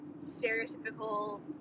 stereotypical